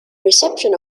reception